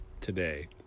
today